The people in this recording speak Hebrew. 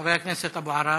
חבר הכנסת אבו עראר.